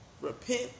repent